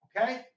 Okay